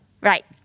Right